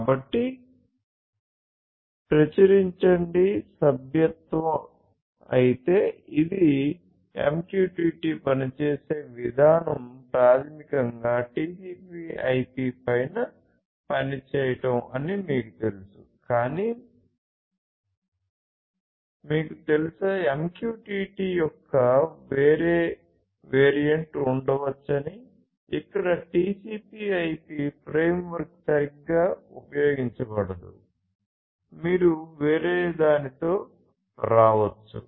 కాబట్టి ప్రచురించండి సభ్యత్వ అయితే ఇది MQTT పనిచేసే విధానం ప్రాథమికంగా TCP IP పైన పనిచేయడం అని మీకు తెలుసు కాని నీకు తెలుసా MQTT యొక్క వేరే వేరియంట్ ఉండవచ్చని ఇక్కడ TCP IP ఫ్రేమ్వర్క్ సరిగ్గా ఉపయోగించబడదు మీరు వేరే దానితో రావచ్చు